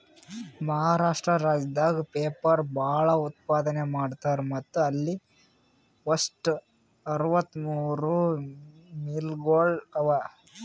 ಮಹಾರಾಷ್ಟ್ರ ರಾಜ್ಯದಾಗ್ ಪೇಪರ್ ಭಾಳ್ ಉತ್ಪಾದನ್ ಮಾಡ್ತರ್ ಮತ್ತ್ ಅಲ್ಲಿ ವಟ್ಟ್ ಅರವತ್ತಮೂರ್ ಮಿಲ್ಗೊಳ್ ಅವಾ